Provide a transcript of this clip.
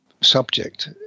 subject